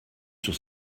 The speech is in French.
sur